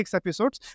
episodes